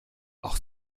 auch